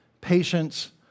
patience